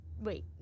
wait